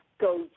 goes